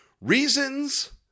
Reasons